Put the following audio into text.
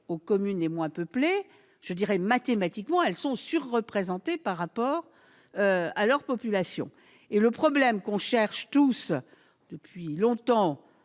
aux communes les moins peuplées : mathématiquement, elles sont donc surreprésentées par rapport à leur population. Le problème que nous cherchons tous, depuis longtemps,